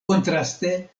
kontraste